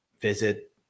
visit